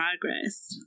progress